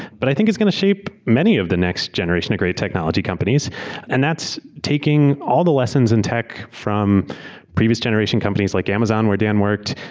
but it's going to shape many of the next generation of great technology companies and that's taking all the lessons in tech from previous generation companies like amazon where dan worked,